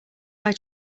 eye